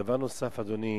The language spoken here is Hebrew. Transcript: דבר נוסף, אדוני,